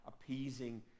appeasing